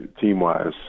team-wise